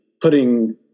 putting